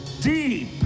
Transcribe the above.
deep